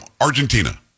Argentina